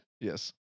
Yes